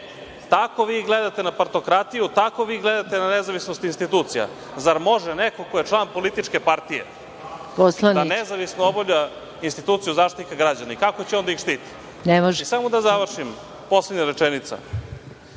tako vi gledate na partokratiju, tako vi gledate na nezavisnost institucija. Zar može neko ko je član političke partije da nezavisno obavlja instituciju Zaštitnika građana? Kako će on da ih štiti? **Maja Gojković** Poslaniče,